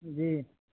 جی